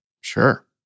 Sure